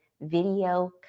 Video